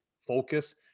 focus